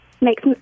makes